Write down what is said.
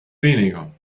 weniger